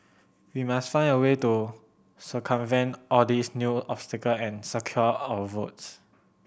we must find a way to circumvent all these new obstacle and secure our votes